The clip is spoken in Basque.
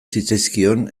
zitzaizkion